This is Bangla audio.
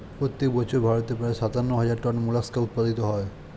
প্রত্যেক বছর ভারতে প্রায় সাতান্ন হাজার টন মোলাস্কা উৎপাদিত হয়